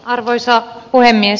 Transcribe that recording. arvoisa puhemies